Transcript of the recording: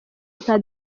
nka